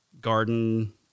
garden